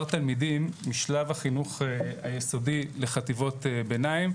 תלמידים משלב החינוך היסודי לחטיבות ביניים,